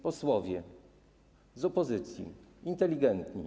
posłowie z opozycji, inteligentni.